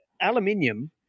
aluminium